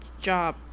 job